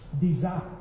desire